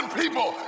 people